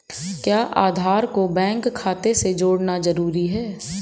क्या आधार को बैंक खाते से जोड़ना जरूरी है?